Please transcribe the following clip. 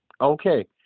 Okay